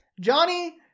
Johnny